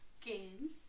games